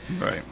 Right